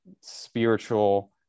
spiritual